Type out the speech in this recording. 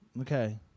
Okay